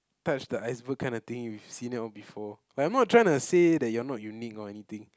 touch the iceberg kind of thing you've seen it all before like I'm not trying to say you're not unique or anything